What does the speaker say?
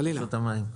חלילה,